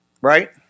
Right